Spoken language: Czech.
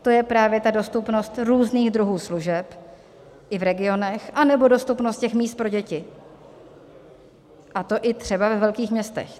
To je právě dostupnost různých druhů služeb i v regionech anebo dostupnost míst pro děti, a to i třeba ve velkých městech.